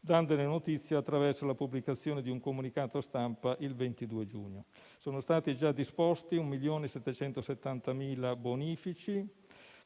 dandone notizia attraverso la pubblicazione di un comunicato stampa il 22 giugno. Sono state già disposti 1.770.000 bonifici,